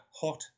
hot